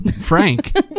Frank